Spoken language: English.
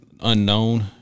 unknown